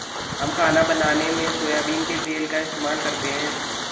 हम खाना बनाने में सोयाबीन के तेल का इस्तेमाल करते हैं